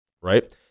right